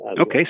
Okay